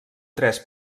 tres